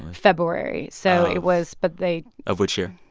ah february. so it was but they. of which year?